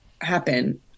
happen